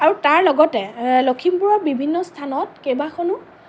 আৰু তাৰ লগতে লখিমপুৰৰ বিভিন্ন স্থানত কেইবাখনো